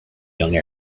young